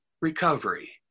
recovery